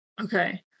Okay